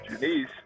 Janice